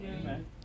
Amen